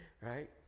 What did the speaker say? right